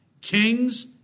kings